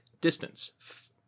distance